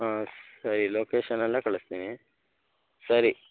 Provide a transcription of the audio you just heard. ಹಾಂ ಸರಿ ಲೊಕೇಷನಲ್ಲ ಕಳಿಸ್ತೀನಿ ಸರಿ